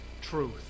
truth